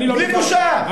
בלי בושה.